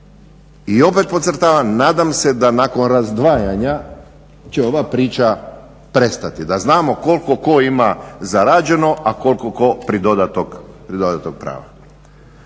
I opet podcrtavam, nadam se da nakon razdvajanja će ova priča prestati da znamo koliko tko ima zarađeno, a koliko tko pridodatog prava.